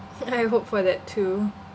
I hope for that too